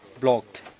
blocked